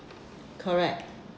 correct